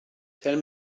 tell